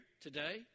today